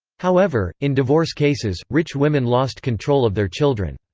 however, in divorce cases, rich women lost control of their children.